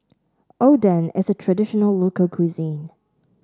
Oden is a traditional local cuisine